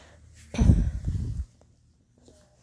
ya